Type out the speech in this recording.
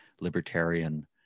libertarian